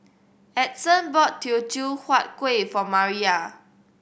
Edson bought Teochew Huat Kuih for Maria